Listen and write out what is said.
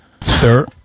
Sir